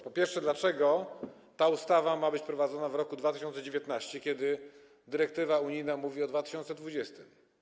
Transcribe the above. Po pierwsze, dlaczego ta ustawa ma być wprowadzona w roku 2019, skoro dyrektywa unijna mówi o roku 2020?